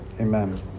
amen